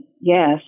yes